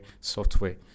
software